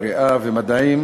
קריאה ומדעים